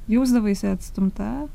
jausdavaisi atstumta